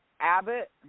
Abbott